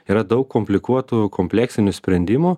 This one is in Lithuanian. yra daug komplikuotų kompleksinių sprendimų